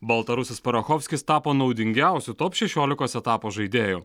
baltarusis parachovskis tapo naudingiausiu top šešiolikos etapo žaidėju